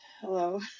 Hello